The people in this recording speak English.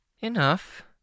Enough